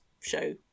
show